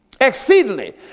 Exceedingly